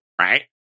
right